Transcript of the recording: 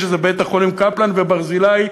שזה בתי-החולים קפלן וברזילי,